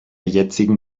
jetzigen